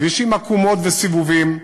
כביש עם עקומות וסיבובים.